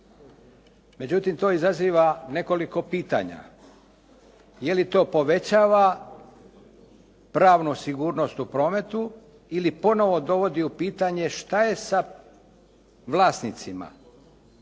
Međutim, to izaziva nekoliko pitanja. Je li to povećava pravnu sigurnost u prometu ili ponovo dovodi u pitanje što je sa vlasnicima